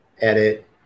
edit